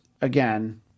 again